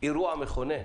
זה אירוע מכונן.